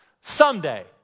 someday